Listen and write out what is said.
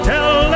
Tell